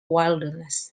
wilderness